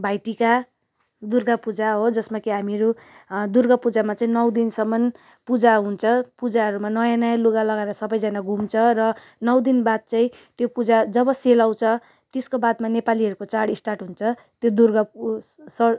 भाइटीका दुर्गापूजा हो जसमा कि हामीहरू दुर्गापूजामा चाहिँ नौ दिनसम्म पूजा हुन्छ पूजाहरूमा नयाँ नयाँ लुगा लगाएर सबैजाना घुम्छ र नौ दिनबाद चाहिँ त्यो पूजा जब सेलाउँछ त्यसको बादमा नेपालीहरूको चाड स्टार्ट हुन्छ त्यो दुर्गा पू सर्